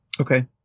Okay